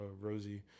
Rosie